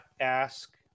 ask